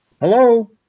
Hello